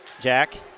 Jack